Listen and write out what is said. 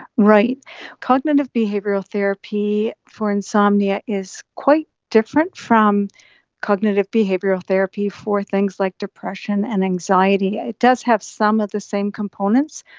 cognitive behavioural therapy for insomnia is quite different from cognitive behavioural therapy for things like depression and anxiety, it does have some of the same components,